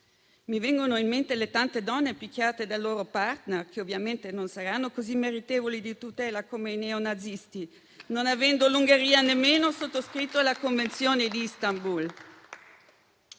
Mi vengono in mente le tante donne picchiate dal loro *partner*, che ovviamente non saranno così meritevoli di tutela come i neonazisti, non avendo l'Ungheria nemmeno sottoscritto la Convenzione di Istanbul.